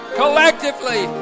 collectively